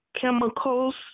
Chemicals